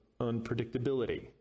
unpredictability